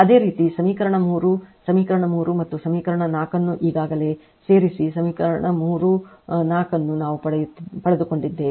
ಅದೇ ರೀತಿ ಸಮೀಕರಣ 3 ಸಮೀಕರಣ 3 ಮತ್ತು ಸಮೀಕರಣ 4 ಅನ್ನು ಈಗಾಗಲೇ ಸೇರಿಸಿ 3 ಸಮೀಕರಣ 4 ಅನ್ನು ನಾವು ಪಡೆದುಕೊಂಡಿದ್ದೇವೆ